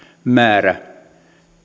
määrä